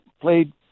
played